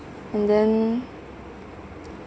and then